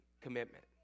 commitment